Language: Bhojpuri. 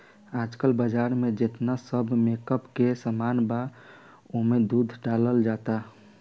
आजकल बाजार में जेतना सब मेकअप के सामान बा ओमे दूध डालल जाला